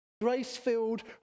Grace-filled